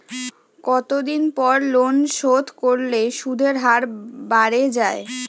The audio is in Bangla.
কতদিন পর লোন শোধ করলে সুদের হার বাড়ে য়ায়?